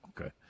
Okay